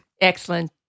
Excellent